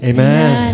Amen